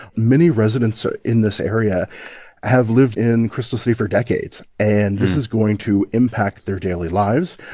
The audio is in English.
many residents ah in this area have lived in crystal city for decades, and this is going to impact their daily lives.